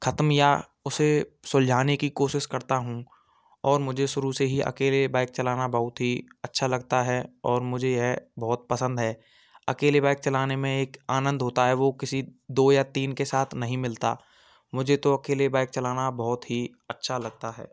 ख़त्म या उसे सुलझाने की कोशिश करता हूँ और मुझे शुरू से ही अकेले बाइक चलाना बहुत ही अच्छा लगता है और मुझे यह बहुत पसंद है अकेले बाइक चलाने में एक आनंद होता है वह किसी दो या तीन के साथ नहीं मिलता मुझे तो अकेले बाइक चलाना बहुत ही अच्छा लगता है